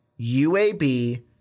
UAB